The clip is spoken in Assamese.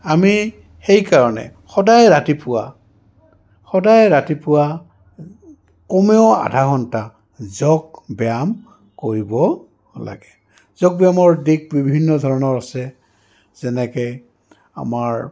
আমি সেইকাৰণে সদায় ৰাতিপুৱা সদায় ৰাতিপুৱা কমেও আধা ঘণ্টা যোগ ব্যায়াম কৰিব লাগে যোগ ব্যায়ামৰ দিশ বিভিন্ন ধৰণৰ আছে যেনেকৈ আমাৰ